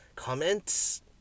comments